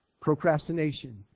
procrastination